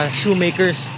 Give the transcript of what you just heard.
shoemakers